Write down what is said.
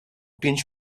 pięć